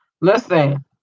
Listen